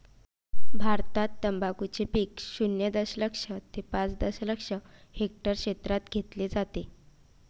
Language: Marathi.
भारतात तंबाखूचे पीक शून्य दशलक्ष ते पाच दशलक्ष हेक्टर क्षेत्रात घेतले जाते